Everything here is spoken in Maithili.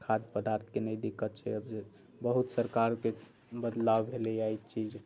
खाद्य पदार्थके नहि दिक्कत छै आब जे बहुत सरकारके बदलाव एलैया यऽ एहि चीज